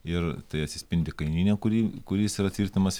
ir tai atsispindi kainyne kurį kuris yra tvirtinimas